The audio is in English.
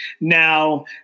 Now